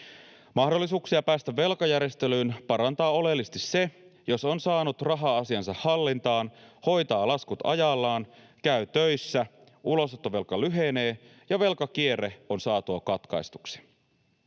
Mahdollisuuksia päästä velkajärjestelyyn parantaa oleellisesti se, jos on saanut raha-asiansa hallintaan, hoitaa laskut ajallaan, käy töissä, ulosottovelka lyhenee ja velkakierre on saatu katkaistuksi.